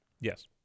Yes